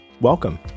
Welcome